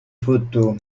photo